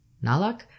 Nalak